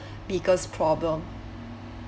biggest problem